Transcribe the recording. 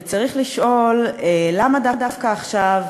וצריך לשאול, למה דווקא עכשיו?